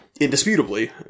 Indisputably